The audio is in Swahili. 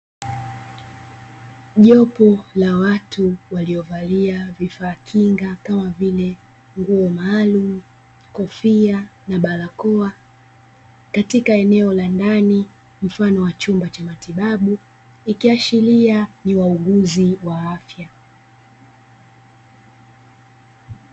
Jopo la watu waliovalia vifaa kinga kama vile nguo maalumu, kofia na barakoa. Katika eneo la ndani mfano wa chumba cha matibabu, ikiashiria ni wauguzi wa afya.